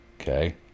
Okay